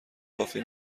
کافی